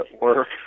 work